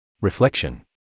reflection